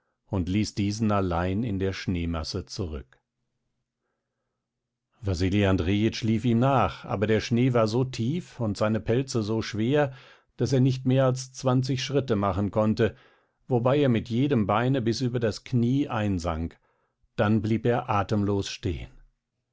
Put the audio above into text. und ließ diesen allein in der schneemasse zurück wasili andrejitsch lief ihm nach aber der schnee war so tief und seine pelze so schwer daß er nicht mehr als zwanzig schritte machen konnte wobei er mit jedem beine bis über das knie einsank dann blieb er atemlos stehen